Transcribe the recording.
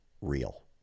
real